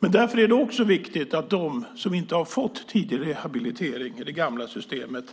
Men därför är det också viktigt att de som inte har fått tidig rehabilitering i det gamla systemet